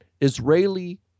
Israeli